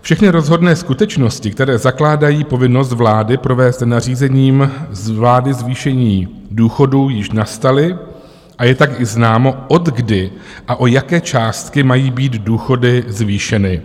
Všechny rozhodné skutečnosti, které zakládají povinnost vlády provést nařízením vlády zvýšení důchodů, již nastaly, a je tak i známo, odkdy a o jaké částky mají být důchody zvýšeny.